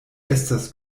estas